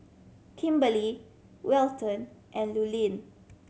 Kimberley Welton and Lurline